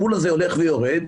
הפול הזה הולך ויורד,